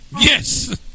Yes